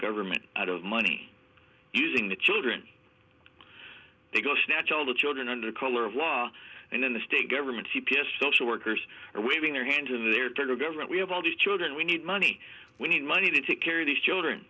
government out of money using the children they go to snatch all the children under color of law and then the state government c p s social workers are waving their hands in their turn to government we have all these children we need money we need money to take care of these children